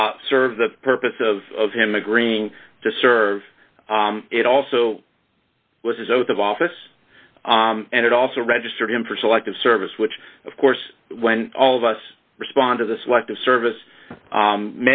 serve the purpose of him agreeing to serve it also with his oath of office and it also registered him for selective service which of course when all of us respond to the selective service